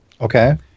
Okay